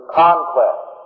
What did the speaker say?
conquest